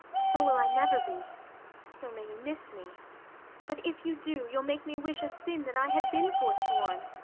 so will i never be so may you miss me but if you do, you'll make me wish a sin, that i had been forsworn.